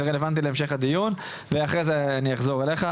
רלוונטי להמשך הדיון ואחרי זה אני אחזור אליך.